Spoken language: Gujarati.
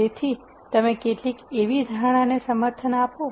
તેથી તમે કેટલીક એવી ધારણાને સમર્થન આપો